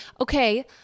okay